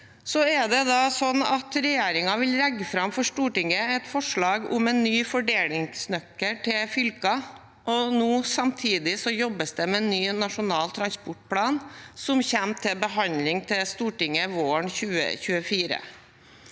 på enkelte strekninger. Regjeringen vil legge fram for Stortinget et forslag om en ny fordelingsnøkkel til fylker, og samtidig jobbes det nå med en ny nasjonal transportplan, som kommer til behandling i Stortinget våren 2024.